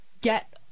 get